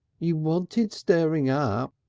you wanted stirring up,